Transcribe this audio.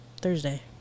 Thursday